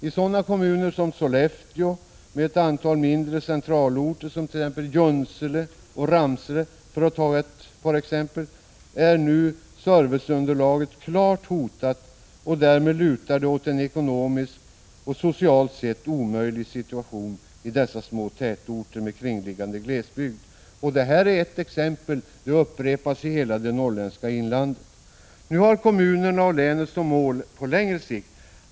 I sådana kommuner som Sollefteå med ett antal mindre centralorter — Junsele och Ramsele för att ta ett par exempel — är nu serviceunderlaget klart hotat, och därmed lutar det åt en ekonomiskt och socialt sett omöjlig situation i dessa små tätorter med kringliggande glesbygd. Mönstret upprepas i hela det norrländska inlandet. Nu har kommunerna och länet som mål på längre sikt att få en lika hög Prot.